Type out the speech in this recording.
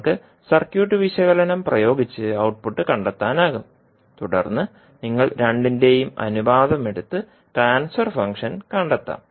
നിങ്ങൾക്ക് സർക്യൂട്ട് വിശകലനം പ്രയോഗിച്ച് ഔട്ട്പുട്ട് കണ്ടെത്താനാകും തുടർന്ന് നിങ്ങൾ രണ്ടിന്റെയും അനുപാതം എടുത്ത് ട്രാൻസ്ഫർ ഫംഗ്ഷൻ കണ്ടെത്താം